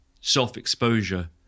self-exposure